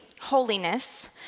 holiness